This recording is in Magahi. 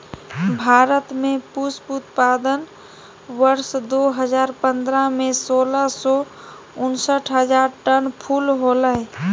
भारत में पुष्प उत्पादन वर्ष दो हजार पंद्रह में, सोलह सौ उनसठ हजार टन फूल होलय